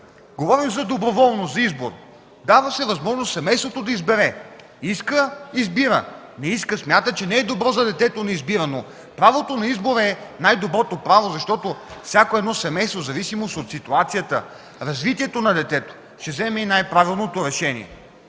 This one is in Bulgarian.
Говорим за доброволност, за избор. Дава се възможност на семейството да избере. Иска – избира, не иска, смята, че не е добро за детето – не избира. Правото на избор е най-доброто право, защото всяко едно семейство в зависимост от ситуацията, от развитието на детето, ще вземе най-правилното решение.